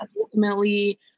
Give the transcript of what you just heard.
ultimately